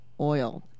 Oil